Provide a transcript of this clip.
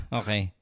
okay